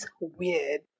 weird